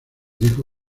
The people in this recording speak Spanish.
dijo